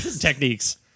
techniques